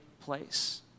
place